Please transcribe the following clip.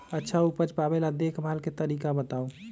अच्छा उपज पावेला देखभाल के तरीका बताऊ?